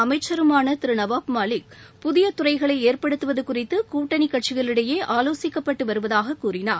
அமைச்சருமான திருநவாப் மாலிக் புதிய துறைகளை ஏற்படுத்துவது குறித்து கூட்டணி கட்சிகளிடயே ஆலோசிக்கப்பட்டு வருவதாகக் கூறினார்